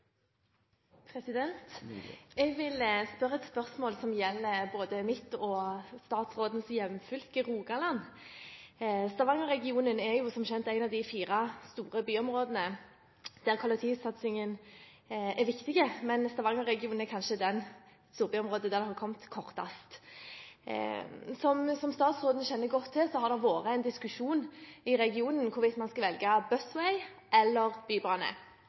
Jeg vil stille et spørsmål som gjelder både mitt og statsrådens hjemfylke, Rogaland. Stavangerregionen er jo som kjent én av de fire store byområdene der kollektivsatsingen er viktig, men Stavangerregionen er kanskje det storbyområdet der en er kommet kortest. Som statsråden kjenner godt til, har det vært en diskusjon i regionen hvorvidt man skal velge Busway eller bybane.